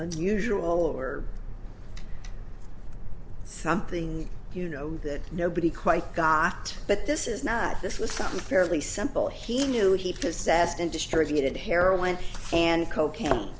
usual or something you know that nobody quite got but this is not this was something fairly simple he knew he possessed and distributed heroin and cocaine